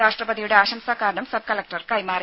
രാഷ്ട്രപതിയുടെ ആശംസാ കാർഡും സബ് കലക്ടർ കൈമാറി